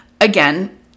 again